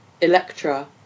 Electra